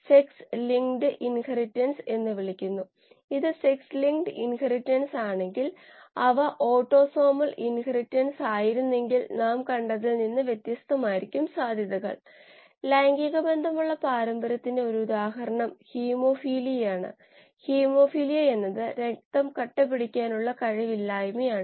അതിനാൽ ലഭ്യമായ ഇലക്ട്രോണുകളുടെ ഓക്സിജന് കൈമാറ്റം ചെയ്യപ്പെടുന്ന ഒരു മോളിൽ 27 കിലോ കലോറി താപം ഉൽപാദിപ്പിക്കപ്പെടുന്നു